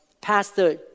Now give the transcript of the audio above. Pastor